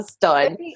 done